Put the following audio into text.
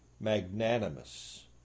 Magnanimous